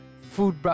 food